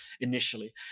initially